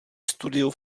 studiu